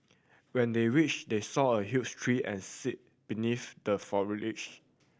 when they reached they saw a huge tree and sit beneath the foliage